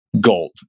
gold